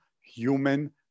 human